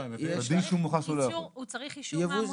הוא צריך אישור מהמוסך.